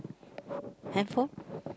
handphone